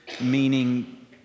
meaning